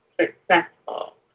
successful